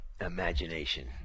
imagination